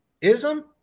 Ism